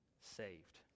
saved